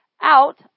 out